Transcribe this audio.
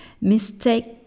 Mistake